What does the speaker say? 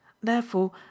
Therefore